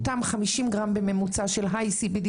הם אותם 50 גרם בממוצע של High CBD,